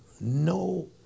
No